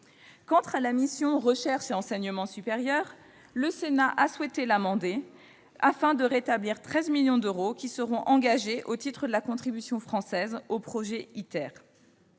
Quant à la mission « Recherche et enseignement supérieur », le Sénat a rétabli 13 millions d'euros qui seront engagés au titre de la contribution française au projet ITER.